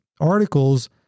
articles